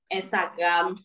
Instagram